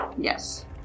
Yes